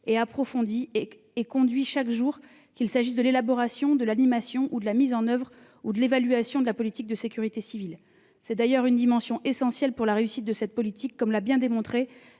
et approfondi est conduit chaque jour, qu'il s'agisse de l'élaboration, de l'animation, de la mise en oeuvre ou de l'évaluation de la politique de sécurité civile. Il s'agit, du reste, d'une dimension essentielle pour la réussite de cette politique, comme l'a bien montré